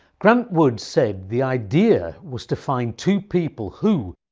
grant wood said, the idea was to find two people who,